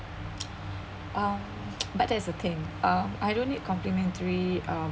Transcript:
um but that is the thing uh I don't need complementary um